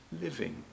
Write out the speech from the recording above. living